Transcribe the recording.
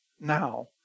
now